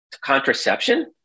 contraception